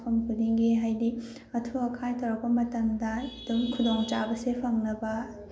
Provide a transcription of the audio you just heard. ꯃꯐꯝ ꯈꯨꯗꯤꯡꯒꯤ ꯍꯥꯏꯗꯤ ꯑꯊꯨ ꯑꯀꯥꯏ ꯇꯧꯔꯛꯄ ꯃꯇꯝꯗ ꯑꯗꯨꯝ ꯈꯨꯗꯣꯡ ꯆꯥꯕꯁꯦ ꯐꯪꯅꯕ